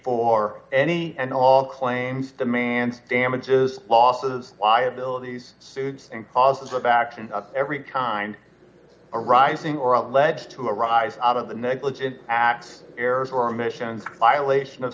for any and all claims demand damages losses liabilities foods and causes of action every time arising or alleged to arise out of the negligent act errors or omissions violation of